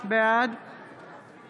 בהתאם